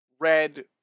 red